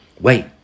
Wait